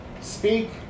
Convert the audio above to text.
speak